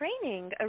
training